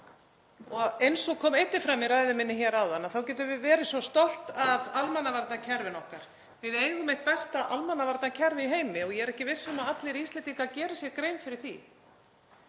og einnig kom fram í ræðu minni getum við verið svo stolt af almannavarnakerfinu okkar. Við eigum eitt besta almannavarnakerfi í heimi og ég er ekki viss um að allir Íslendingar geri sér grein fyrir því.